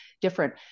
different